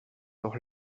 doch